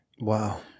Wow